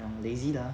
I'm lazy lah